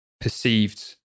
perceived